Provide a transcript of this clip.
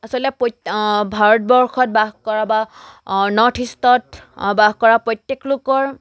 আচলতে প্ৰত ভাৰতবৰ্ষত বাস কৰা বা নৰ্থইষ্টত বাস কৰা প্ৰত্যেক লোকৰ